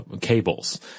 cables